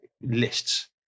lists